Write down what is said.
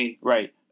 right